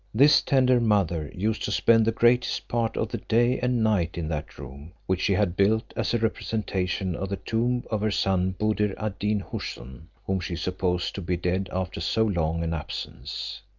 this tender mother used to spend the greatest part of the day and night in that room which she had built as a representation of the tomb of her son buddir ad deen houssun, whom she supposed to be dead after so long an absence.